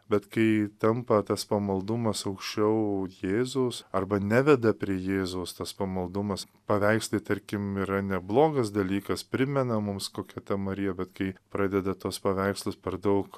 bet kai tampa tas pamaldumas aukščiau jėzaus arba neveda jėzaus tas pamaldumas paveiksle tarkim yra neblogas dalykas primena mums kokia ta marija bet kai pradeda tuos paveikslus per daug